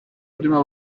prima